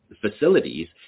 facilities